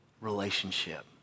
relationship